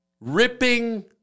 ripping